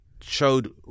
showed